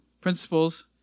principles